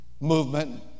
movement